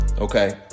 Okay